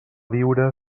viure